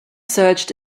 searched